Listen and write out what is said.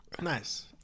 nice